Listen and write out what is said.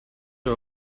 are